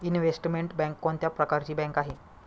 Investment bank कोणत्या प्रकारची bank आहे?